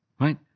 right